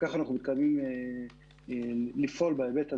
וכך אנחנו מתכוונים לפעול בהיבט הזה.